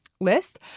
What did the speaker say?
List